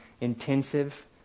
intensive